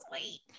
sweet